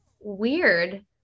weird